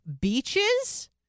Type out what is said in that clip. beaches